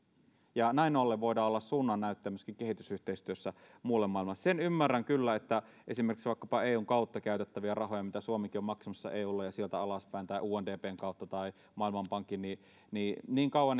ja näin ollen voidaan olla suunnannäyttäjä myöskin kehitysyhteistyössä muulle maailmalle sen ymmärrän kyllä että esimerkiksi vaikkapa eun kautta käytettäviin rahoihin mitä suomikin on maksamassa eulle ja sieltä alaspäin tai undpn tai maailmanpankin kautta käytettäviin rahoihin meillä ei ole pääsyä niin kauan